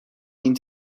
این